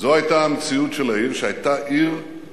זו היתה המציאות של העיר, שהיתה מצומקת,